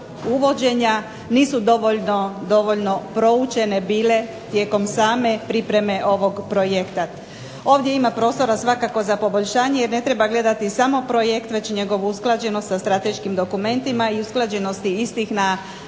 uvođenja nisu dovoljno proučene bile tijekom same priprema ovog projekta. Ovdje ima prostora svakako za poboljšanje jer ne treba gledati samo projekt već njegovu usklađenost sa strateškim dokumentima i usklađenosti istih na